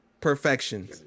Perfection